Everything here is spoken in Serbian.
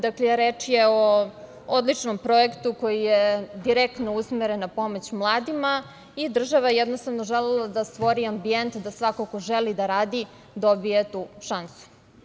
Dakle, reč je o odličnom projektu koji je direktno usmeren na pomoć mladima i država je jednostavno želela da stvori ambijent da svako ko želi da radi dobije tu šansu.